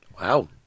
Wow